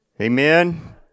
Amen